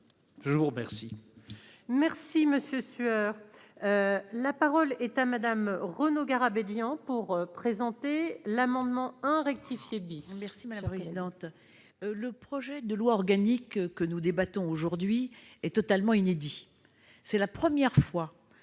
Je vous remercie